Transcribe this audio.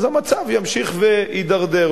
אז המצב ימשיך ויידרדר.